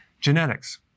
Genetics